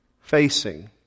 facing